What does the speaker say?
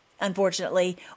unfortunately